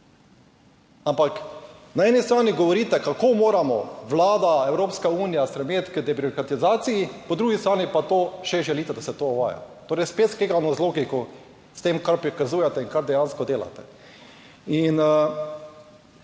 Ampak na eni strani govorite, kako moramo, Vlada, Evropska unija, stremeti k debirokratizaciji, po drugi strani pa želite, da se to uvaja. Torej, spet skregano z logiko, s tem, kar prikazujete in kar dejansko delate.